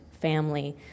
family